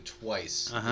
twice